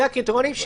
שאלה הקריטריונים,